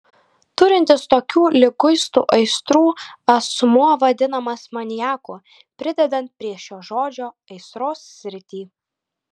turintis tokių liguistų aistrų asmuo vadinamas maniaku pridedant prie šio žodžio aistros sritį